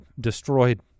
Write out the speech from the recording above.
destroyed